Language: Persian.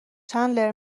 چندلر